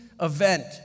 event